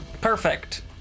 Perfect